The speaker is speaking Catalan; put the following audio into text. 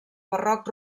barroc